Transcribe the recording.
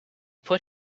put